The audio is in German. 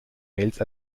mails